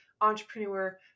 entrepreneur